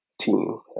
team